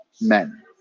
men